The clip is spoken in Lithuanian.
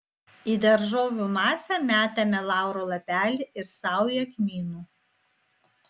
į daržovių masę metame lauro lapelį ir saują kmynų